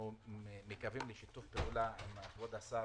אנחנו מקווים לשיתוף פעולה עם כבוד השר